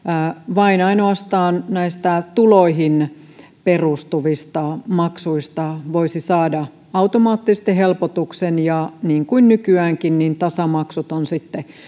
vain ja ainoastaan tuloihin perustuvista maksuista voisi saada automaattisesti helpotuksen ja niin kuin nykyäänkin tasamaksut ovat sitten